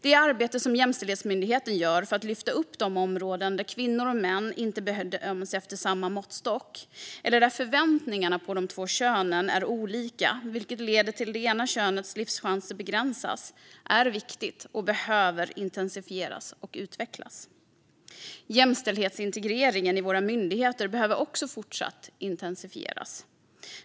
Det arbete som Jämställdhetsmyndigheten gör för att lyfta upp de områden där kvinnor och män inte bedöms efter samma måttstock eller där förväntningarna på de två könen är olika, vilket leder till att det ena könens livschanser begränsas, är viktigt och behöver intensifieras och utvecklas. Jämställdhetsintegreringen i våra myndigheter behöver också fortsatt intensifieras.